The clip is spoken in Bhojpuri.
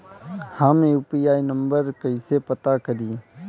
हम यू.पी.आई नंबर कइसे पता करी?